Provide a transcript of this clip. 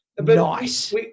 Nice